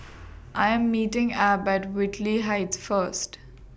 I Am meeting Abb At Whitley Heights First